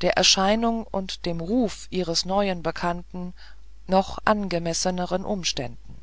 der erscheinung und dem ruf ihres neuen bekannten noch angemesseneren umständen